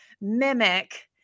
mimic